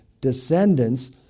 descendants